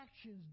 actions